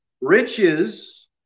riches